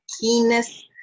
keenness